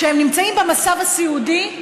כשהם נמצאים במצב סיעודי,